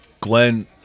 Glenn